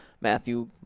Matthew